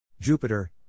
Jupiter